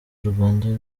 rwanda